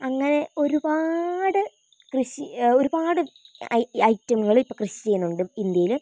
അങ്ങനെ ഒരുപാട് കൃഷി ഒരുപാട് ഐ ഐറ്റങ്ങള് ഇപ്പൊൾ കൃഷി ചെയ്യുന്നുണ്ട് ഇന്ത്യയില്